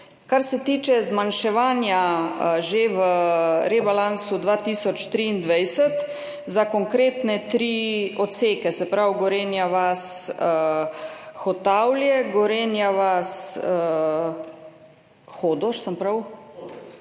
Kar se tiče zmanjševanja že v rebalansu 2023 za konkretne tri odseke, se pravi, Gorenja vas–Hotavlje, Gorenja vas–Hodoš, sem prav